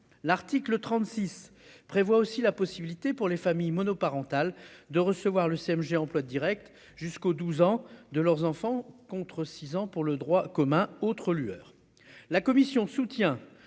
l'article 36 prévoit aussi la possibilité pour les familles monoparentales, de recevoir le CMG emplois Directs jusqu'au 12 ans de leurs enfants contre six ans pour le droit commun, autre lueur la commission soutient